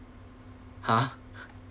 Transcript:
!huh!